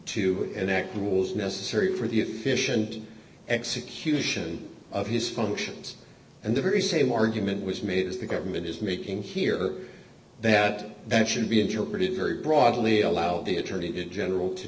to enact was necessary for the efficient execution of his functions and the very same argument was made as the government is making here that that should be interpreted very broadly allow the attorney general to